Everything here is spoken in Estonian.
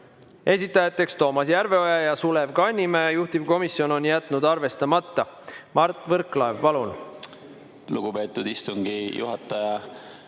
esitajad on Toomas Järveoja ja Sulev Kannimäe, juhtivkomisjon on jätnud selle arvestamata. Mart Võrklaev, palun! Lugupeetud istungi juhataja!